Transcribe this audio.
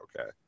okay